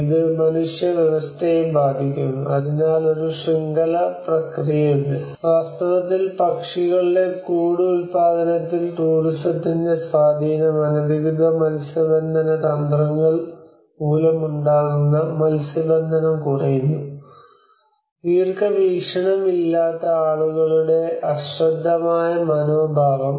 ഇത് മനുഷ്യവ്യവസ്ഥയെയും ബാധിക്കുന്നു അതിനാൽ ഒരു ശൃംഖല പ്രക്രിയയുണ്ട് വാസ്തവത്തിൽ പക്ഷികളുടെ കൂടു ഉൽപാദനത്തിൽ ടൂറിസത്തിന്റെ സ്വാധീനം അനധികൃത മത്സ്യബന്ധന തന്ത്രങ്ങൾ മൂലമുണ്ടാകുന്ന മത്സ്യബന്ധനം കുറയുന്നു ദീർഘവീക്ഷണം ഇല്ലാത്ത ആളുകളുടെ അശ്രദ്ധമായ മനോഭാവം